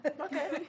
Okay